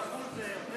כפול זה יותר?